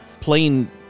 playing